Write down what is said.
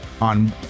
on